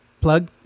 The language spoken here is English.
plug